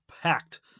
packed